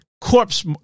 corpse